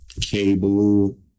Cable